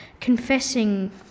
confessing